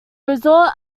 resort